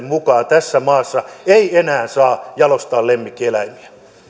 mukaan tässä maassa ei enää saa jalostaa lemmikkieläimiä